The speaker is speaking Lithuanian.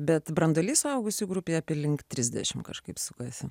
bet branduolys suaugusių grupėje aplink trisdešimt kažkaip sukasi